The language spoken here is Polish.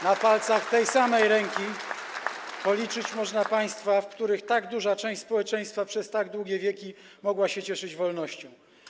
Na palcach tej samej ręki policzyć można państwa, w których tak duża część społeczeństwa przez tak długie wieki mogła się cieszyć wolnością.